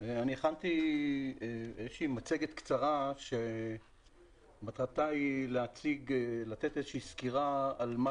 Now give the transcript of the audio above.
אני הכנתי איזושהי מצגת קצרה שמטרתה לתת איזושהי סקירה על מה